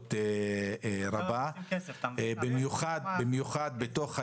חשיבות רבה, במיוחד בתוך הישובים.